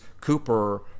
Cooper